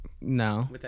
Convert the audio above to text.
No